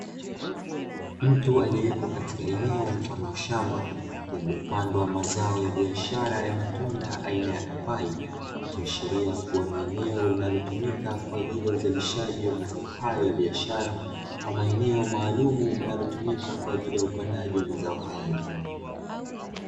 Mtu aliyepo katika eneo mfano wa shamba lililopandwa mazao ya biashara ya matunda aina ya papai. Ikiashiria ni eneo linalotumika kwa ajili ya uzalishaji wa mazao hayo ya biashara, ama eneo maalumu linalotumika kwa ajili ya upandaji wa mazao hayo.